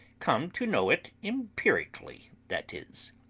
come to know it empirically, that it is.